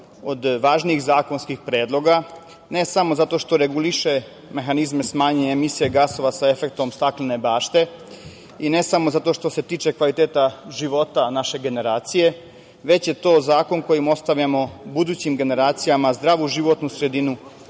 od važnijih zakonskih predloga, ne samo zato što reguliše mehanizme smanjene emisije gasova sa efektom staklene bašte i ne samo zato što se tiče kvaliteta života naše generacije, već je to zakon kojim ostavljamo budućim generacijama zdravu životnu sredinu,